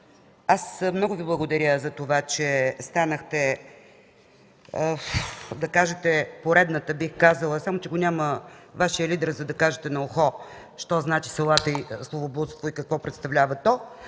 много Ви благодаря, че станахте да кажете поредната, бих казала, само че го няма Вашия лидер, за да кажете на ухо що значи салата, словоблудство и какво представлява то.